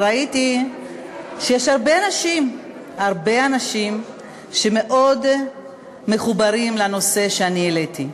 ראיתי שיש הרבה אנשים שמאוד מחוברים לנושא שאני העליתי.